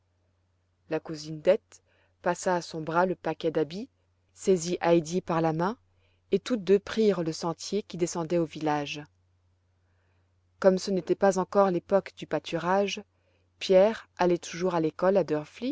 la cousine dete passa à son bras le paquet d'habits saisit heidi par la main et toutes deux prirent le sentier qui descendait au village comme ce n'était pas encore l'époque du pâturage pierre allait toujours à l'école à